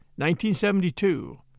1972